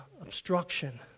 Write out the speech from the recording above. obstruction